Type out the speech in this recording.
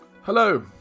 Hello